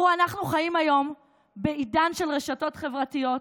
אנחנו חיים היום בעידן של רשתות חברתיות,